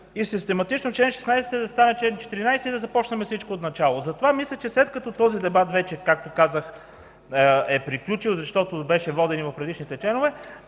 систематично чл. 16 да стане чл. 14 и да започнем всичко отначало. Затова мисля, че след като този дебат вече, както казах, е приключил, защото беше воден и по предишните членове,